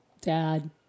dad